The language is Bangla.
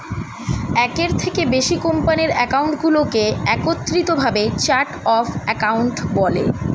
একের থেকে বেশি কোম্পানির অ্যাকাউন্টগুলোকে একত্রিত ভাবে চার্ট অফ অ্যাকাউন্ট বলে